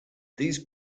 these